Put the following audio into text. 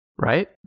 Right